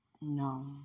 No